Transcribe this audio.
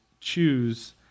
choose